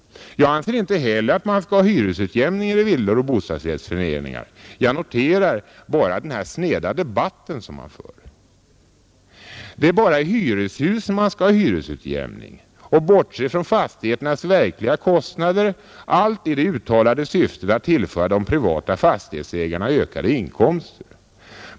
Inte heller jag anser att man skall ha hyresutjämning mellan villor och mellan bostadsrättsföreningar. Jag noterar bara den sneda debatt som har förts. Det är bara i hyreshusen man skall ha hyresutjämning och bortse från fastigheternas verkliga kostnader, allt i det uttalade syftet att tillföra de privata fastighetsägarna ökade inkomster.